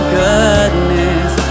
goodness